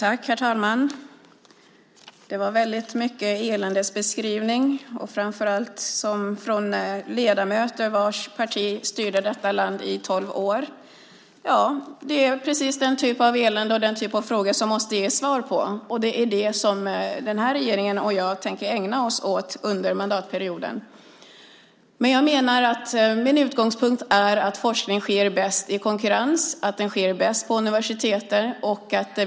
Herr talman! Det var väldigt mycket eländesbeskrivningar, framför allt med tanke på att de kom från ledamöter vars parti styrde detta land i tolv år. Ja, det är precis den typen av elände och den typen av frågor som måste ges svar på, och det är det som den här regeringen och jag tänker ägna oss åt under mandatperioden. Min utgångspunkt är att forskning sker bäst i konkurrens. Den sker bäst vid universitet.